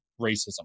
racism